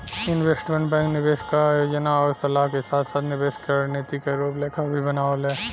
investment bank निवेश क योजना आउर सलाह के साथ साथ निवेश क रणनीति क रूपरेखा भी बनावेला